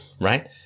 right